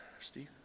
Steve